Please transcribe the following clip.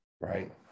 Right